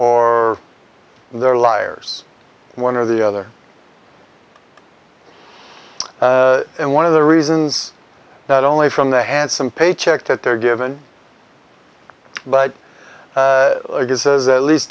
or they're liars one or the other and one of the reasons not only from the handsome paycheck that they're given but he says at least